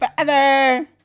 forever